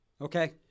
Okay